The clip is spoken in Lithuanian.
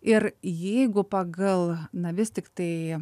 ir jeigu pagal na vis tiktai